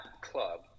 club